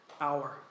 hour